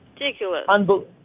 ridiculous